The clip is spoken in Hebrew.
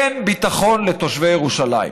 אין ביטחון לתושבי ירושלים.